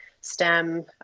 STEM